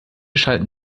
schalten